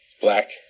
Black